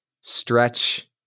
stretch